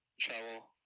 travel